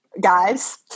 guys